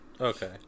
Okay